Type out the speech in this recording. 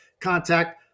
contact